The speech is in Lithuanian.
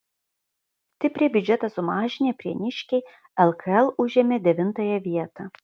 stipriai biudžetą sumažinę prieniškiai lkl užėmė devintąją vietą